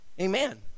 Amen